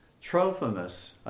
Trophimus